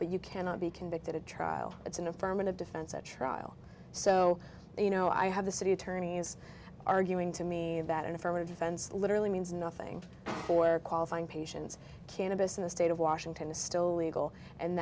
but you cannot be convicted at trial it's an affirmative defense at trial so you know i have the city attorney is arguing to me that an affirmative defense literally means nothing for qualifying patients cannabis in the state of washington is still legal and